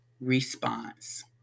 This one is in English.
response